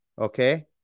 Okay